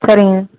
சரிங்க